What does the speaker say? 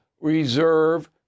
reserve